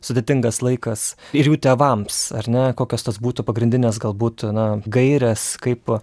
sudėtingas laikas ir jų tėvams ar ne kokios tos būtų pagrindinės galbūt na gaires kaip